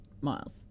Miles